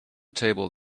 table